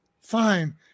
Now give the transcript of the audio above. fine